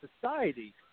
Society